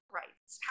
rights